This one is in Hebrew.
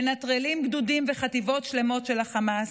מנטרלים גדודים וחטיבות שלמות של חמאס,